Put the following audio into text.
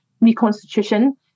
reconstitution